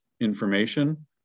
information